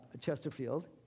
Chesterfield